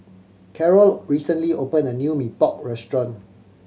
Carol recently opened a new Mee Pok restaurant